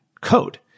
code